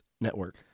Network